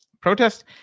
protest